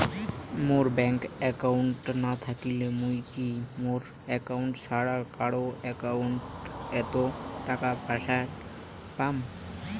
মোর bank account না থাকিলে মুই কি মোর একাউন্ট ছাড়া কারো একাউন্ট অত টাকা পাঠের পাম?